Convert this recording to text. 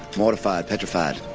mortified, petrified,